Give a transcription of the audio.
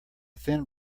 thin